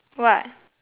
what